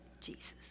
Jesus